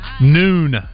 noon